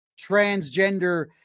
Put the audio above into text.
transgender